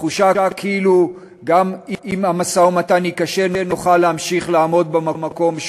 התחושה כאילו גם אם המשא-ומתן ייכשל נוכל להמשיך לעמוד במקום,